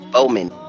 Bowman